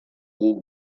guk